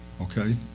Okay